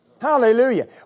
Hallelujah